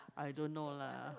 I don't know lah